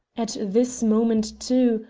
at this moment, too,